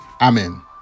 amen